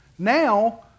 Now